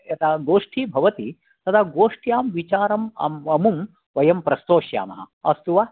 यदा गोष्ठी भवति तदा गोष्ठयां विचारम् अमुम् वयं प्रस्तोष्यामः अस्तु वा